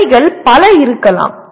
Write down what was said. பணிகள் பல இருக்கலாம்